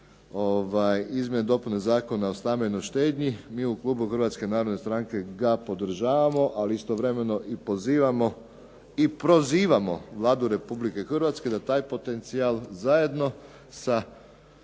izmjene i dopune Zakona o stambenoj štednji. Mi u klubu Hrvatske narodne stranke ga podržavamo ali istovremeno i pozivamo i prozivamo Vladu Republike Hrvatske da taj potencijal zajedno sa